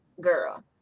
girl